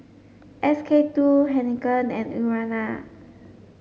S K two Heinekein and Urana